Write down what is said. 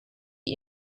die